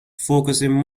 focusing